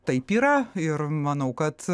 taip yra ir manau kad